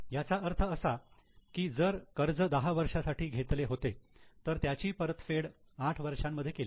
याचा अर्थ असा की जर कर्ज दहा वर्षांसाठी घेतलं होतं तर त्याची परतफेड आठ वर्षांमध्ये केली